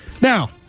Now